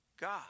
God